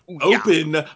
Open